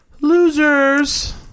losers